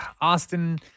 Austin